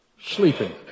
sleeping